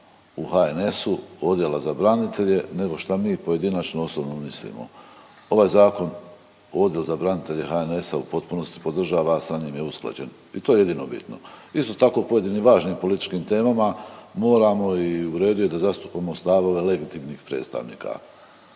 u HNS-u, Odjela za branitelje, nego šta mi pojedinačno osobno mislimo. Ovaj zakon, Odjel za branitelje HNS-a u potpunosti podržava, sa njim je usklađen i to je jedino bitno. Isto tako o pojedinim važnim političkim temama moramo i u redu je da zastupamo stavove legitimnih predstavnika,